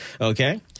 Okay